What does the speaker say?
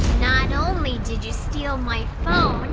only did you steal my phone,